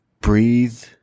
Breathe